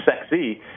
sexy